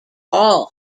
all